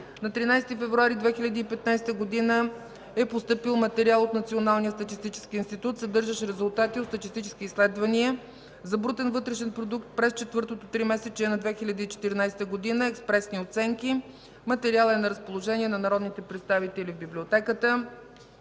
На 13 февруари 2015 г. е постъпил материал от Националния статистически институт, съдържащ резултати от статистически изследвания за брутен вътрешен продукт през ІV тримесечие на 2014 г. – експресни оценки. Материалът е на разположение на народните представители в Библиотеката